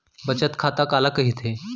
बचत खाता काला कहिथे?